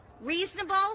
Reasonable